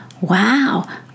wow